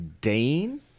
Dane